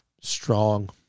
strong